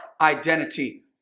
identity